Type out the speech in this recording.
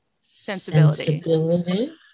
sensibility